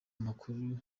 amakuru